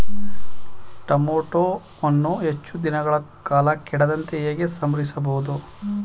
ಟೋಮ್ಯಾಟೋವನ್ನು ಹೆಚ್ಚು ದಿನಗಳ ಕಾಲ ಕೆಡದಂತೆ ಹೇಗೆ ಸಂರಕ್ಷಿಸಬಹುದು?